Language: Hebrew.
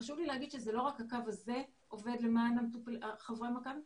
חשוב לי לומר שזה לא רק הקו הזה עובד למען חברי מכבי,